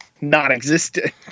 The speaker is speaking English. Non-existent